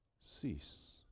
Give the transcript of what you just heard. cease